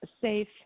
safe